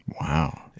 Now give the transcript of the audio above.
Wow